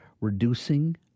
reducing